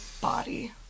body